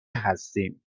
هستیم